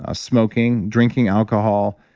ah smoking, drinking alcohol,